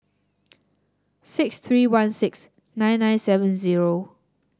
six three one six nine nine seven zero